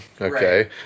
Okay